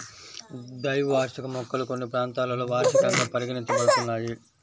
ద్వైవార్షిక మొక్కలు కొన్ని ప్రాంతాలలో వార్షికంగా పరిగణించబడుతున్నాయి